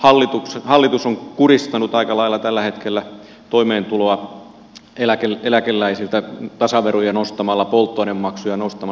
toisaalta hallitus on kuristanut aika lailla tällä hetkellä toimeentuloa eläkeläisiltä tasaveroja nostamalla polttoainemaksuja nostamalla